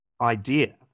idea